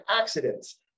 accidents